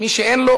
מי שאין לו,